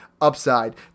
upside